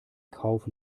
kauf